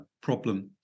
problem